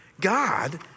God